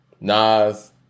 Nas